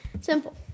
Simple